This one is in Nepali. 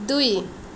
दुई